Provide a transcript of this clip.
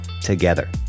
together